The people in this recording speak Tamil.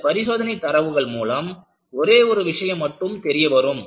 இந்த பரிசோதனை தரவுகள் மூலம் ஒரே ஒரு விஷயம் மட்டும் தெரிய வரும்